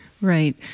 Right